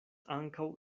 ankaŭ